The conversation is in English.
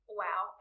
wow